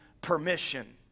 permission